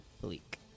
Bleak